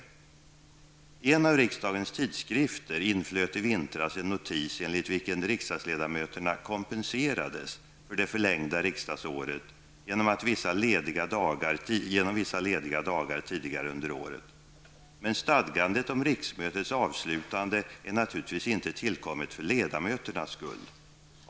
I en av riksdagens tidskrifter inflöt i vintras en notis enligt vilken riksdagsledamöterna ''kompenserades'' för det förlängda riksdagsåret genom vissa lediga dagar tidigare under året. Men stadgandet om riksmötets avslutande är naturligtvis inte tillkommet för ledamöternas skull.